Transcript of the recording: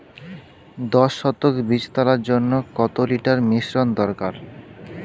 দশ শতক বীজ তলার জন্য কত লিটার মিশ্রন দরকার?